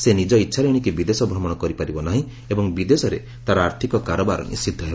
ସେ ନିଜ ଇଚ୍ଛାରେ ଏଶିକି ବିଦେଶ ଭ୍ରମଣ କରିପାରିବ ନାହିଁ ଏବଂ ବିଦେଶରେ ତା'ର ଆର୍ଥିକ କାରବାର ନିଷିଦ୍ଧ ହେବ